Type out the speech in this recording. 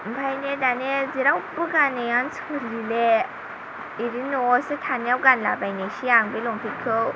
ओमफ्रायनो दाना जेरावबो गाननोनो सुखुहैला ओरैनो न'आवसो थानायाव गानला बायनोसै आं बे लंपेनखौ